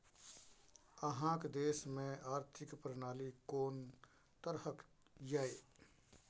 अहाँक देश मे आर्थिक प्रणाली कोन तरहक यै?